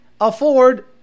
afford